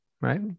right